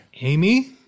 Amy